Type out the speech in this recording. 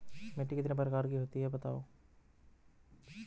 मिट्टी कितने प्रकार की होती हैं बताओ?